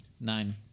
Nine